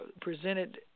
presented